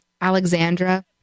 Alexandra